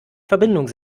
verbindung